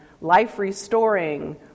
life-restoring